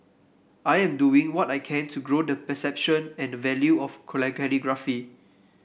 I'm just doing what I can to grow the perception and value of calligraphy